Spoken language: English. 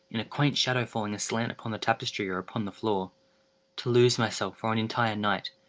in a quaint shadow falling aslant upon the tapestry or upon the floor to lose myself, for an entire night,